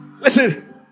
listen